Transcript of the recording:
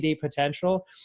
potential